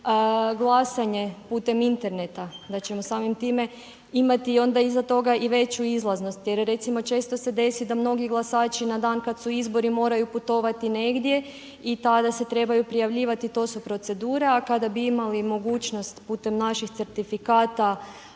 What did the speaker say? glasanje putem interneta, da ćemo samim time imati iza toga i veću izlaznost jer recimo često se desi da mnogi glasači na dan kada su izbori moraju putovati negdje i tada se trebaju prijavljivati, to su procedure. A kada bi imali mogućnost putem naših certifikata